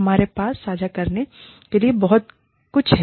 हमारे पास साझा करने के लिए बहुत कुछ हैं